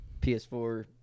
PS4